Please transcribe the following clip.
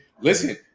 Listen